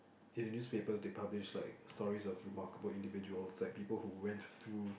in the newspaper they publish like stories of remarkable individuals like people who went through